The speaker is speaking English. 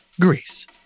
Greece